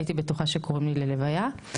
הייתי בטוחה שקוראים לי ללוויה.